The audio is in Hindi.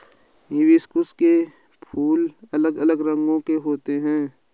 हिबिस्कुस के फूल अलग अलग रंगो के होते है